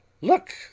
Look